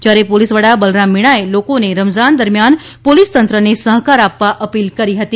જ્યારે પોલીસ વડા બલરામ મીણાએ રમઝાન દરમ્યાન પોલીસ તંત્રને સહકાર આપવા અપીલ કરી હતી